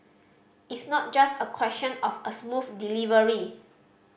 it's not just a question of a smooth delivery